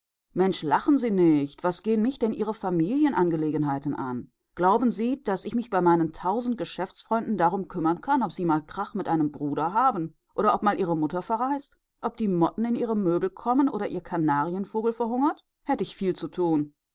lachen sie nicht was gehen mich denn ihre familienangelegenheiten an glauben sie daß ich mich bei meinen tausend geschäftsfreunden darum kümmern kann ob sie mal krach mit einem bruder haben ob mal ihre mutter verreist ob die motten in ihre möbel kommen oder ihr kanarienvogel verhungert hätt ich viel zu tun